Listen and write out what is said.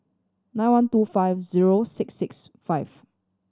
nine one two five zero six six five